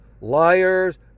liars